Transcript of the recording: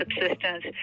subsistence